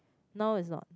now it's not